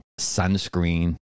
sunscreen